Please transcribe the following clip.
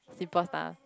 simple stuff